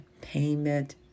payment